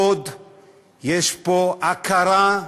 יש פה כבוד, יש פה הכרה,